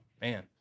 man